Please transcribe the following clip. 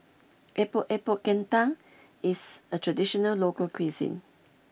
Epok Epok Kentang is a traditional local cuisine